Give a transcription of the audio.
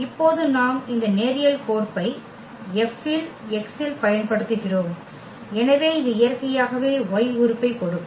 இப்போது நாம் இந்த நேரியல் கோர்ப்பை F இல் x இல் பயன்படுத்துகிறோம் இது இயற்கையாகவே y உறுப்பைக் கொடுக்கும்